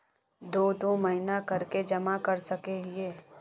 दो दो महीना कर के जमा कर सके हिये?